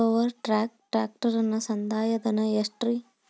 Power track ಟ್ರ್ಯಾಕ್ಟರನ ಸಂದಾಯ ಧನ ಎಷ್ಟ್ ರಿ?